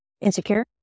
insecure